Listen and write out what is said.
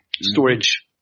storage